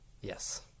yes